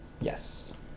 Yes